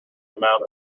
amount